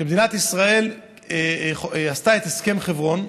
כשמדינת ישראל עשתה את הסכם חברון,